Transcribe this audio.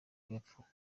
bapfuye